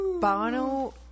bono